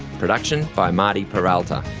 production by marty peralta,